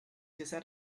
decide